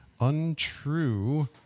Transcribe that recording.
Untrue